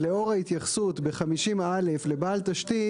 שלאור ההתייחסות ב50א לבעל תשתית,